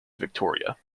victoria